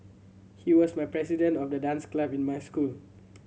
he was my president of the dance club in my school